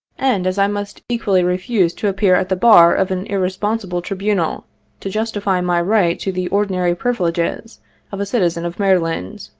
and as i must equally refuse to appear at the bar of an irresponsible tribunal to justify my right to the ordinary privileges of a citizen of maryland,